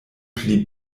pli